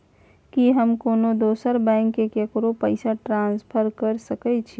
की हम कोनो दोसर बैंक से केकरो पैसा ट्रांसफर कैर सकय छियै?